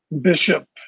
bishop